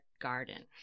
garden